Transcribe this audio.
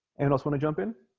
and want to jump in